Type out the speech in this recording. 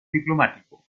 diplomático